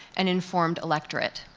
an informed electorate.